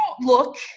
look